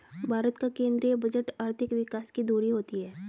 भारत का केंद्रीय बजट आर्थिक विकास की धूरी होती है